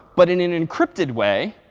but in an encrypted way.